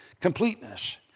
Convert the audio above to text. completeness